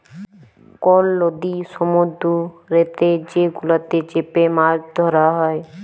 call লদি সমুদ্দুরেতে যে গুলাতে চ্যাপে মাছ ধ্যরা হ্যয়